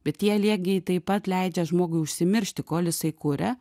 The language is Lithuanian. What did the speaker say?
bet jie liegiai taip pat leidžia žmogui užsimiršti kol jisai kuria